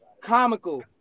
Comical